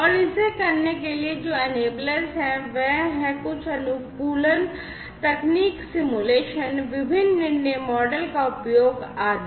और इसे करने के लिए जो enablers हैं वह हैं कुछ अनुकूलन तकनीक सिमुलेशन विभिन्न निर्णय मॉडल का उपयोग आदि